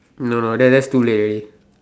no no thats too late already